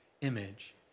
image